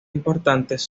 importantes